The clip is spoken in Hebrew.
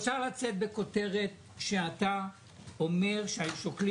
אפשר לצאת בכותרת שאתה אומר ששוקלים